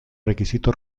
requisito